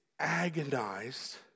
agonized